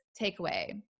takeaway